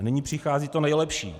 A nyní přichází to nejlepší.